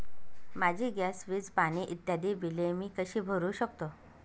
माझी गॅस, वीज, पाणी इत्यादि बिले मी कशी भरु शकतो?